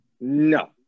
no